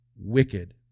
Wicked